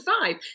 five